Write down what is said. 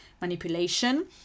manipulation